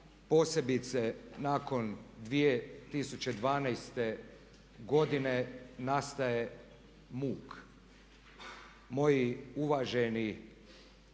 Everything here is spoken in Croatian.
posebice nakon 2012. godine nastaje muk. Moji uvaženi